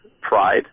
Pride